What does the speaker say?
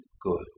good